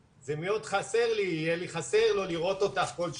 לי חסר לא לראות אותך כל שבוע,